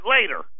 later